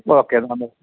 okay